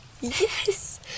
Yes